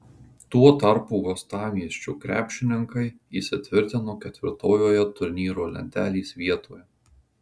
tuo tarpu uostamiesčio krepšininkai įsitvirtino ketvirtojoje turnyro lentelės vietoje